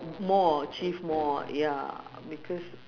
more achieve more ya because